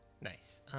Nice